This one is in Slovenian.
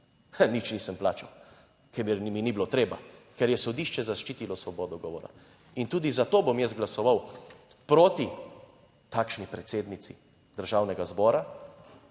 Nič nisem plačal, ker mi ni bilo treba, ker je sodišče zaščitilo svobodo govora in tudi zato bom jaz glasoval proti takšni predsednici Državnega zbora,